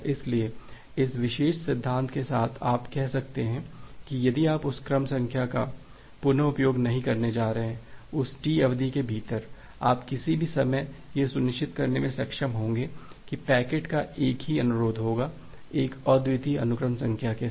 इसलिए इस विशेष सिद्धांत के साथ आप कह सकते हैं कि यदि आप उस क्रम संख्या का पुन उपयोग नहीं करने जा रहे हैं उस टी अवधि के भीतर आप किसी भी समय यह सुनिश्चित करने में सक्षम होंगे कि पैकेट का एक ही अनुरोध होगा एक अद्वितीय अनुक्रम संख्या के साथ